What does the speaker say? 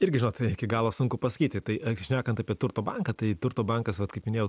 irgi žinot iki galo sunku pasakyti tai šnekant apie turto banką tai turto bankas vat kaip minėjau